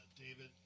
David